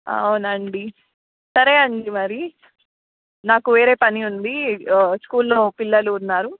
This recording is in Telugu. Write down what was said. అవునండి సరే అండి మరి నాకు వేరే పని ఉంది స్కూల్లో పిల్లలు ఉన్నారు